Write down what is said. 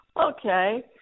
okay